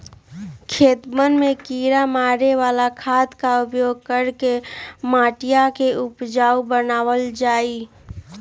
खेतवन में किड़ा मारे वाला खाद के उपयोग करके मटिया के उपजाऊ बनावल जाहई